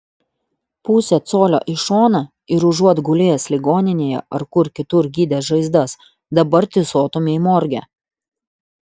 pusė colio į šoną ir užuot gulėjęs ligoninėje ar kur kitur gydęs žaizdas dabar tysotumei morge